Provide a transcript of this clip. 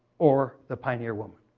or the pioneer woman?